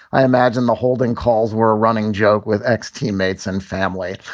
i imagine the holding calls were a running joke with x teammates and family,